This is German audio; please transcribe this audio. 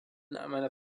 meiner